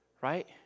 right